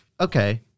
Okay